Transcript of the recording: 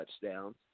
touchdowns